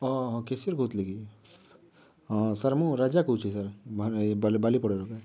ହଁ ହଁ କ୍ୟାସିୟର୍ କହୁଥିଲେ କି ହଁ ସାର୍ ମୁଁ ରାଜା କହୁଛି ସାର୍ ମାନେ ବାଲିପଡ଼ାରୁ